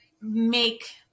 make